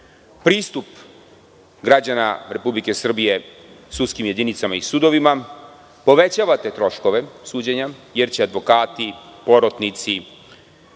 pristup građana Republike Srbije sudskim jedinicama i sudovima, povećavate troškove suđenja, jer će advokati, porotnici,